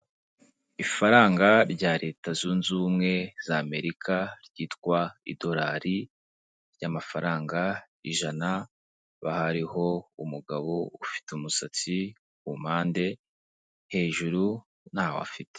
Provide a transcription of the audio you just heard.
Ifaranga rya leta zunze ubumwe za Amerika ryitwa idolari ry'amafaranga ijana, haba hariho umugabo ufite umusatsi ku mpande, hejuru ntawo afite.